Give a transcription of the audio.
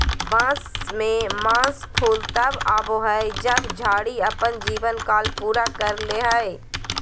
बांस में मास फूल तब आबो हइ जब झाड़ी अपन जीवन काल पूरा कर ले हइ